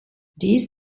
dies